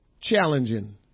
challenging